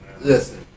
Listen